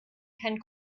keinen